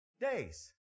days